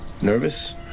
Nervous